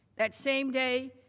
that same day,